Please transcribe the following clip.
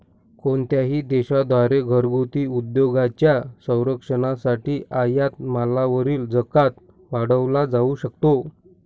कोणत्याही देशा द्वारे घरगुती उद्योगांच्या संरक्षणासाठी आयात मालावरील जकात वाढवला जाऊ शकतो